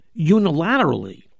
unilaterally